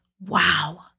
Wow